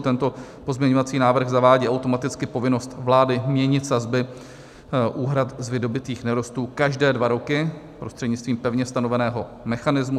Tento pozměňovací návrh zavádí automaticky povinnost vlády měnit sazby úhrad z vydobytých nerostů každé dva roky prostřednictvím pevně stanoveného mechanismu.